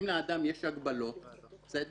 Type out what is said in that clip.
אם לאדם יש הגבלות, אם